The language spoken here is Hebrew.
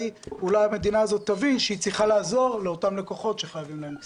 אולי המדינה תבין שהיא צריכה לעזור לאותם לקוחות שחייבים להם כסף.